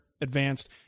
advanced